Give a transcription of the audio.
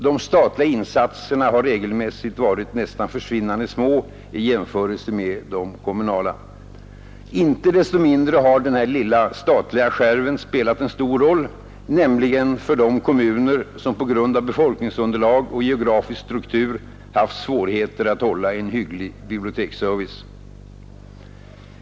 De statliga insatserna har regelmässigt varit nästan försvinnande små i jämförelse med de kommunala. Inte desto mindre har den lilla statliga skärven spelat en stor roll, nämligen för de kommuner som på grund av befolk ningsunderlag och geografisk struktur haft svårigheter att hålla en hygglig biblioteksservice.